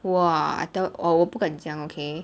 !wah! I tell orh 我不敢讲 okay